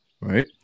right